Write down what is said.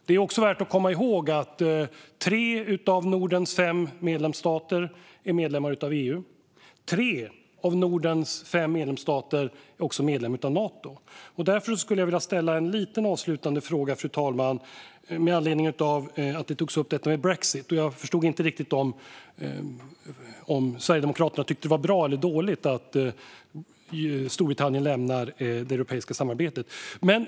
Det är också värt att komma ihåg att tre av Nordens fem medlemsstater är medlemmar i EU. Tre av Nordens fem medlemsstater är också medlemmar i Nato. Därför skulle jag vilja ställa en liten avslutande fråga med anledning av att brexit togs upp. Jag förstod inte riktigt om Sverigedemokraterna tycker att det är bra eller dåligt att Storbritannien lämnar det europeiska samarbetet.